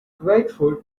grateful